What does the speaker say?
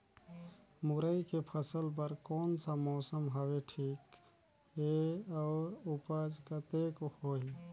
मुरई के फसल बर कोन सा मौसम हवे ठीक हे अउर ऊपज कतेक होही?